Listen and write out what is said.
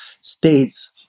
states